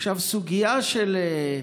עכשיו, סוגיה של,